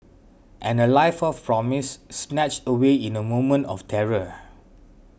and a life of promise snatched away in a moment of terror